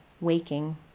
waking